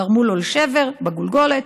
גרמו לו לשבר בגולגולת